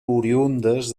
oriündes